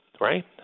right